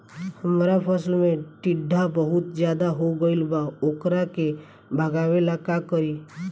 हमरा फसल में टिड्डा बहुत ज्यादा हो गइल बा वोकरा के भागावेला का करी?